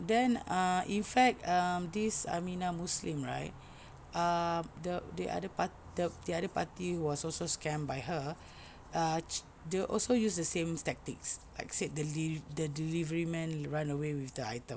then uh in fact um this Aminah Muslim right uh the the other part~ the other party who was also scammed by her ah dia also use the same tactics like said the delivery man run away with the items